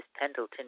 Pendleton